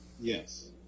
Yes